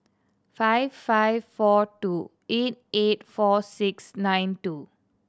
five five four two eight eight four six nine two